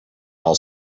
all